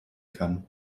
kann